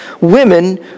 women